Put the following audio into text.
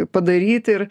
padaryt ir